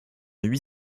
huit